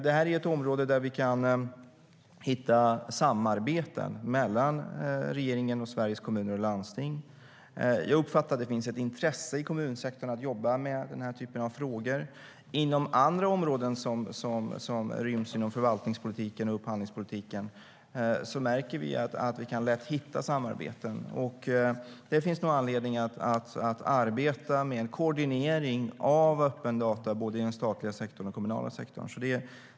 Detta är ett område där vi kan hitta samarbeten mellan regeringen och Sveriges Kommuner och Landsting. Jag uppfattar att det finns ett intresse i kommunsektorn att jobba med denna typ av frågor. Inom andra områden som ryms inom förvaltningspolitiken och upphandlingspolitiken märker vi att vi lätt kan hitta samarbeten, och det finns nog anledning att arbeta med en koordinering av öppna data både i den statliga sektorn och i den kommunala sektorn.